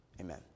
Amen